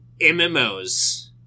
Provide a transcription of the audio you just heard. MMOs